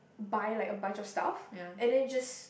buy like a bunch of stuff and then just